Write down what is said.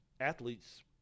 athletes